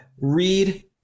read